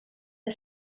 the